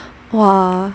!wah!